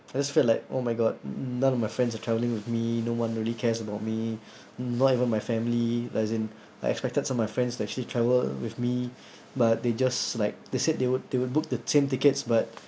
I just felt like oh my god none of my friends are traveling with me no one really cares about me not even my family as in I expected some my friends actually travel with me but they just like they said they would they would book the train tickets but